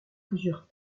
plusieurs